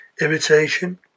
irritation